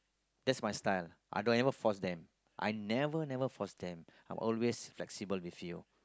that's my style I don't ever force them I never never force them I always flexible with you